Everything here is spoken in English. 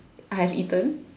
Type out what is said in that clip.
I have eaten